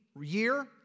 year